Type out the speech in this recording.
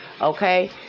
okay